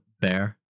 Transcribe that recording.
Bear